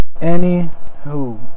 Anywho